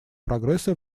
прогресса